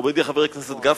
מכובדי חבר הכנסת גפני,